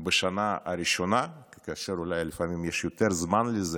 בשנה הראשונה, כאשר אולי לפעמים יש יותר זמן לזה,